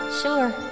sure